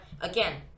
again